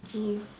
mm